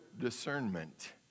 discernment